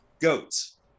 goats